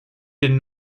did